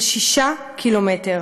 של שישה קילומטרים.